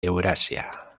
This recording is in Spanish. eurasia